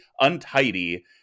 untidy